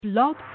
Blog